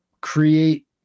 create